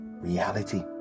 reality